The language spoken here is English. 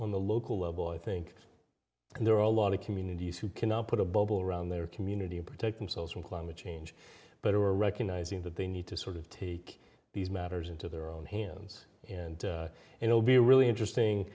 on the local level i think there are a lot of communities who cannot put a bubble around their community and protect themselves from climate change but are recognizing that they need to sort of take these matters into their own hands and it will be a really interesting